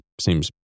seems